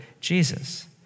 Jesus